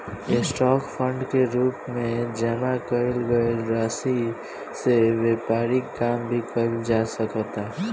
stock fund के रूप में जामा कईल गईल राशि से व्यापारिक काम भी कईल जा सकता